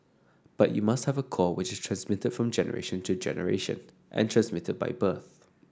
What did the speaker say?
but you must have a core which is transmitted from generation to generation and transmitted by birth